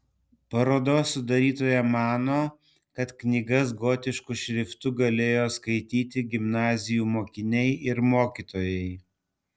parodos sudarytoja mano kad knygas gotišku šriftu galėjo skaityti gimnazijų mokiniai ir mokytojai